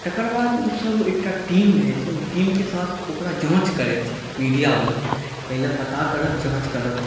तकरबाद ओसब एकटा टीम रहै छै ओहि टीमके साथ ओकरा जाँच करै छै मीडिआवला पहिले पता करत जाँच करत